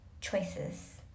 Choices